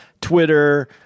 Twitter